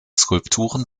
skulpturen